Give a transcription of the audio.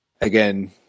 Again